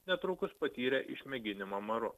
netrukus patyrė išmėginimą maru